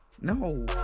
No